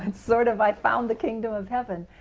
and sort of i found the kingdom of heaven.